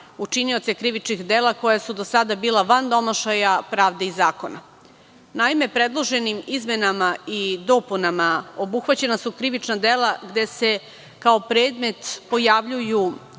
učinioce krivičnih dela, koji su do sada bila van domašaja pravde i zakona. Naime, predloženim izmenama i dopunama obuhvaćena su krivična dela gde se kao predmet pojavljuju